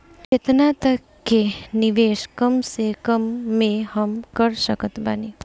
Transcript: केतना तक के निवेश कम से कम मे हम कर सकत बानी?